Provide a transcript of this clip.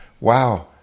Wow